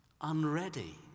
unready